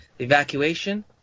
evacuation